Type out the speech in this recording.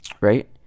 right